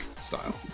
style